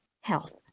health